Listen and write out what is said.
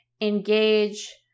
engage